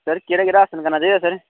sir केह्ड़ा केह्ड़ा आसन करना चाहिदा सर